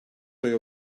oyu